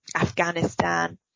Afghanistan